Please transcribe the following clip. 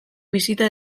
bisita